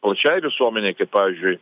plačiai visuomenei kaip pavyzdžiui